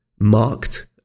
marked